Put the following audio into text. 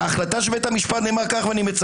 ובגלל ששמת הצעה כל כך מרחיקת